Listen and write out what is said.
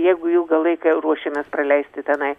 jeigu ilgą laiką ruošiamės praleisti tenai